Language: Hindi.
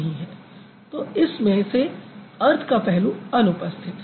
तो इस में से अर्थ का पहलू अनुपस्थित है